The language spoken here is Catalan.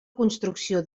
construcció